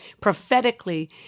prophetically